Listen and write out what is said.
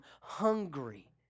hungry